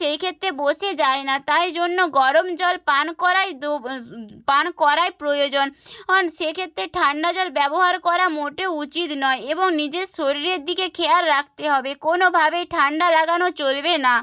সেই ক্ষেত্রে বসে যায় না তাই জন্য গরম জল পান করাই দু পান করাই প্রয়োজন অন সেক্ষেত্রে ঠান্ডা জল ব্যবহার করা মোটেও উচিত নয় এবং নিজের শরীরের দিকে খেয়াল রাখতে হবে কোনোভাবেই ঠান্ডা লাগানো চলবে না